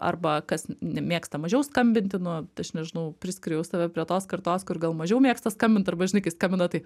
arba kas nemėgsta mažiau skambinti nu aš nežinau priskiriu save prie tos kartos kur gal mažiau mėgsta skambint arba žinai kai skambina tai